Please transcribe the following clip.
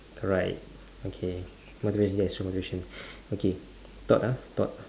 correct okay motivation yes motivation okay thought ah thought